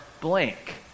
blank